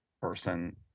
person